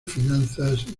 finanzas